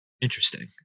interesting